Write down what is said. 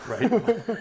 Right